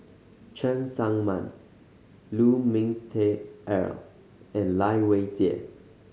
Cheng Tsang Man Lu Ming Teh Earl and Lai Weijie